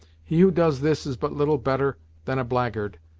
he who does this is but little better than a blackguard,